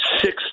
six